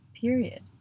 period